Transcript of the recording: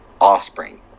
offspring